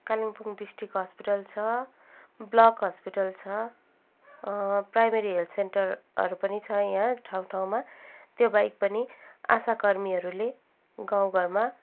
Kalimpong district hospital छ block hospital छ primary health सेन्टरहरू पनि छ यहाँ ठाउँ ठाउँमा त्योबाहेक पनि आशाकर्मीहरूले गाउँघरमा